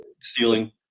ceiling